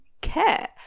care